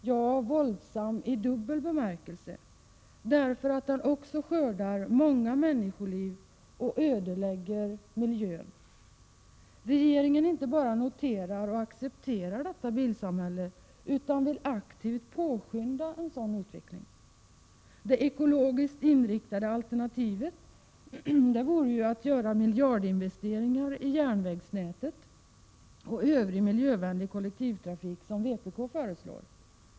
Den är våldsam i dubbel bemärkelse därför att den också skördar många människoliv och ödelägger miljön. Regeringen inte bara noterar och accepterar detta bilsamhälle utan vill aktivt påskynda en sådan utveckling. Det ekologiskt inriktade alternativet vore att göra miljardinvesteringar i järnvägsnätet och i övrig miljövänlig kollektivtrafik, vilket vpk föreslår.